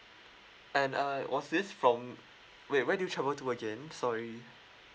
and uh was this from wait where did you travel to again sorry